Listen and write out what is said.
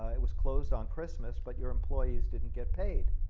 it was closed on christmas, but your employees didn't get paid,